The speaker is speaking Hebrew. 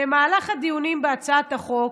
במהלך הדיונים בהצעת החוק,